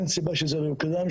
אין סיבה שזה לא יקודם.